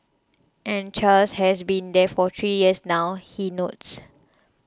and Charles has been there for three years now he notes